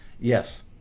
Yes